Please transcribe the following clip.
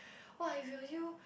!wah! if it were you